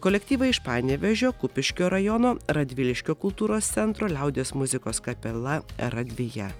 kolektyvai iš panevėžio kupiškio rajono radviliškio kultūros centro liaudies muzikos kapela radvija